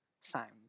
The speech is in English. Sound